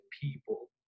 people